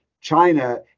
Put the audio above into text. China